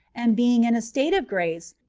and being in a state of grace,